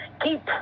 keep